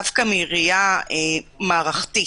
דווקא מראייה מערכתית,